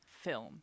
film